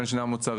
בין שני המוצרים,